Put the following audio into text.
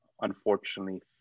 unfortunately